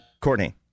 Courtney